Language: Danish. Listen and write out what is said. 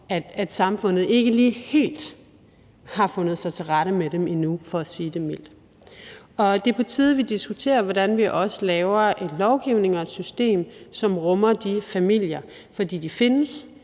at samfundet ikke lige helt har fundet sig til rette med dem endnu, for at sige det mildt. Det er på tide, at vi diskuterer, hvordan vi også laver en lovgivning og et system, som rummer de familier. For de findes;